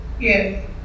Yes